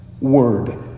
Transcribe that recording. word